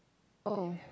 oh